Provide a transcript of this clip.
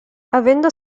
avendo